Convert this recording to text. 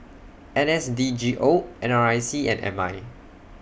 N S D G O N R I C and M I